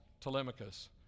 Telemachus